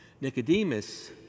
Nicodemus